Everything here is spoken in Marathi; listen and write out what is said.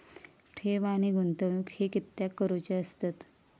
ठेव आणि गुंतवणूक हे कित्याक करुचे असतत?